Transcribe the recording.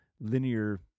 linear